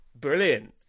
brilliant